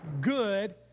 good